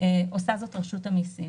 עושה זאת רשות המסים,